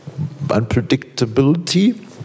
unpredictability